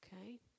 okay